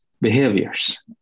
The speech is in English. behaviors